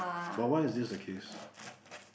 but why is this the case